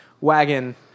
wagon